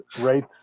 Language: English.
right